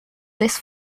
this